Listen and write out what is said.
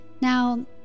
Now